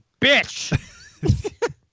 bitch